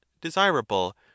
desirable